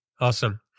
Awesome